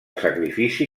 sacrifici